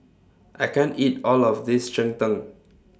I can't eat All of This Cheng Tng